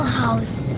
house